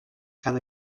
cada